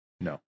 No